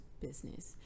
business